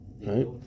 right